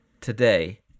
today